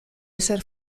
ezer